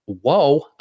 Whoa